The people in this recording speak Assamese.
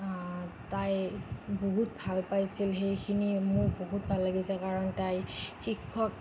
তাই বহুত ভাল পাইছিল সেইখিনি মোৰ বহুত ভাল লাগিছিল কাৰণ তাই শিক্ষক